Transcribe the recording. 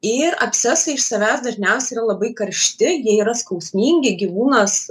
ir abscesai iš savęs dažniausiai yra labai karšti jie yra skausmingi gyvūnas